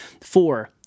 Four